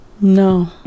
no